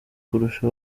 kurusha